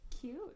Cute